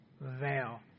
veil